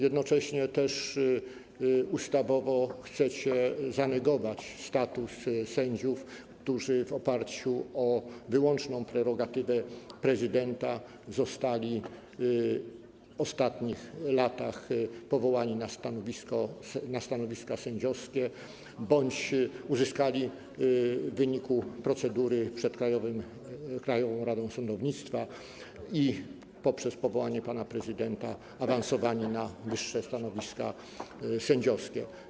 Jednocześnie ustawowo chcecie zanegować status sędziów, którzy w oparciu o wyłączną prerogatywę prezydenta zostali w ostatnich latach powołani na stanowiska sędziowskie bądź uzyskali je w wyniku procedury przed Krajową Radą Sądownictwa i poprzez powołanie pana prezydenta awansowali na wyższe stanowiska sędziowskie.